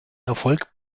erfolg